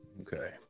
Okay